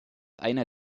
einer